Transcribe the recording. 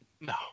No